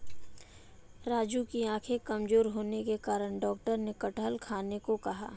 राजू की आंखें कमजोर होने के कारण डॉक्टर ने कटहल खाने को कहा